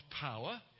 power